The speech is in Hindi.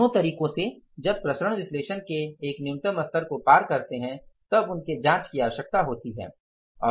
दोनों तरीकों से जब प्रसारण विश्लेषण के एक न्यूनतम स्तर को पार करते हैं तब उनके जांच की आवश्यकता होती है